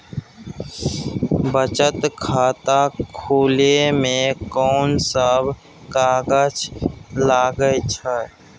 बचत खाता खुले मे कोन सब कागज लागे छै?